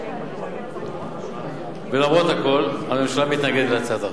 הממשלה מתנגדת להצעת החוק,